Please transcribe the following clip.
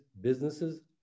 businesses